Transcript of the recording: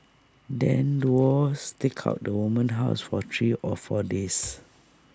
then duo staked out the woman's house for three or four days